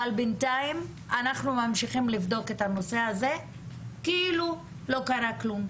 אבל בינתיים אנחנו ממשיכים לבדוק את הנושא הזה כאילו לא קרה כלום,